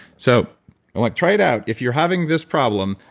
so like try it out. if you're having this problem,